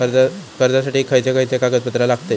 कर्जासाठी खयचे खयचे कागदपत्रा लागतली?